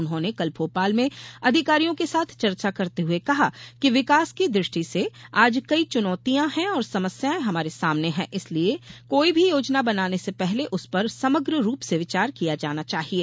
उन्होंने कल भोपाल में अधिकारियों के साथ चर्चा करते हुए कहा कि विकास की दृष्टि से आज कई चुनौतियां और समस्यायें हमारे सामने है इसलिए कोई भी योजना बनाने से पहले उस पर समग्र रूप से विचार किया जाना चाहिये